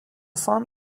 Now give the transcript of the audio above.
son